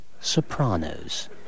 Sopranos